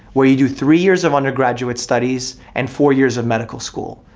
where you do three years of undergraduate studies and four years of medical school.